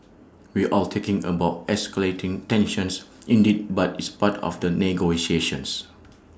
we're all talking about escalating tensions indeed but it's part of the negotiations